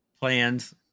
plans